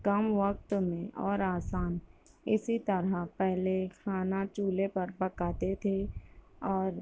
کم وقت میں اور آسان اسی طرح پہلے کھانا چولہے پر پکاتے تھے اور